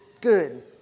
good